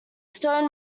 stone